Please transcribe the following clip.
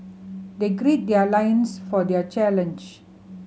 they gird their loins for their challenge